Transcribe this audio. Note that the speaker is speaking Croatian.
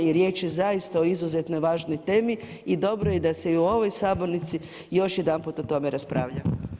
I riječ je zaista o izuzetno važnoj temi i dobro je da se i u ovoj sabornici još jedanput o tome raspravlja.